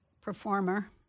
performer